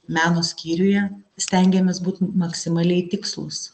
meno skyriuje stengiamės būt maksimaliai tikslūs